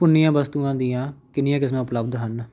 ਭੁੰਨੀਆਂ ਵਸਤੂਆਂ ਦੀਆਂ ਕਿੰਨੀਆਂ ਕਿਸਮਾਂ ਉਪਲੱਬਧ ਹਨ